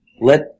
let